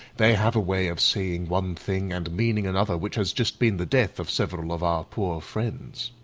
they have a way of saying one thing and meaning another which has just been the death of several of our poor friends.